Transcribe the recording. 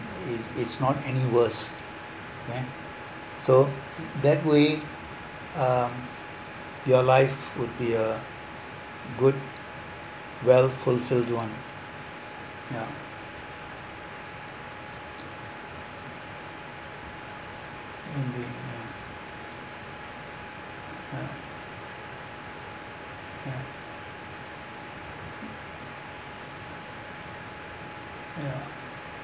it it's not any worse okay so that way um your life would be a good well fulfilled one ya won't being a ya ya